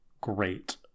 great